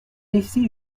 ici